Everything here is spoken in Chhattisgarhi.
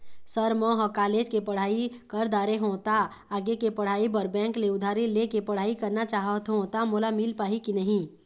सर म ह कॉलेज के पढ़ाई कर दारें हों ता आगे के पढ़ाई बर बैंक ले उधारी ले के पढ़ाई करना चाहत हों ता मोला मील पाही की नहीं?